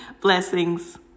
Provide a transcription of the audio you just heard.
Blessings